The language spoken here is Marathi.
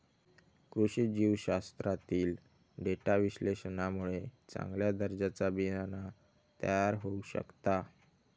कृषी जीवशास्त्रातील डेटा विश्लेषणामुळे चांगल्या दर्जाचा बियाणा तयार होऊ शकता